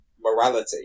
morality